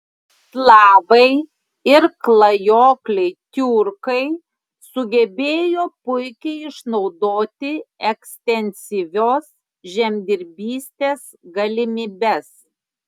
slavai ir klajokliai tiurkai sugebėjo puikiai išnaudoti ekstensyvios žemdirbystės galimybes